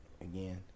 again